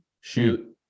shoot